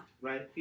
Right